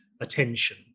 attention